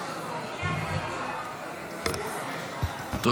לוין, להציג את הצעת החוק, בבקשה.